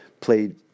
played